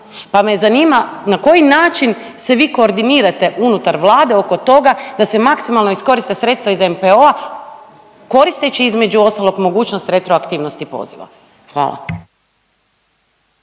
Pa me zanima na koji način se vi koordinirate unutar vlade oko toga da se maksimalno iskoriste sredstva iz NPO-a koristeći između ostalog mogućnost retroaktivnosti poziva. Hvala.